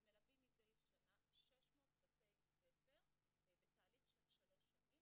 ומלווים מדי שנה 600 בתי ספר בתהליך של שלוש שנים,